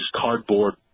cardboard